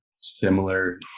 similar